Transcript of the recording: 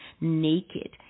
naked